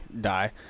die